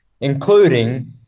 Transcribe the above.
including